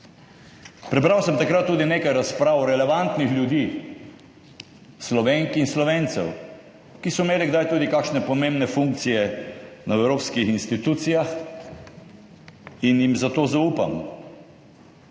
Prebral sem takrat tudi nekaj razprav relevantnih ljudi, Slovenk in Slovencev, ki so imeli kdaj tudi kakšne pomembne funkcije v evropskih institucijah in jim zato zaupam.